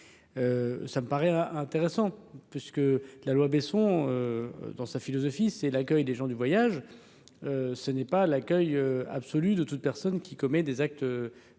ça me paraît intéressant puisque la loi Besson dans sa philosophie, c'est l'accueil des gens du voyage, ce n'est pas à l'accueil absolue de toute personne qui commet des actes